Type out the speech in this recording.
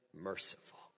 merciful